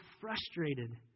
frustrated